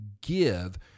give